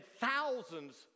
thousands